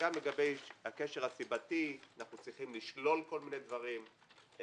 וגם לגבי הקשר הסיבתי אנחנו צריכים לשלול כל מיני דברים,